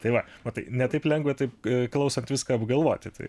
tai va va tai ne taip lengva taip klausant viską apgalvoti tai